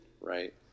right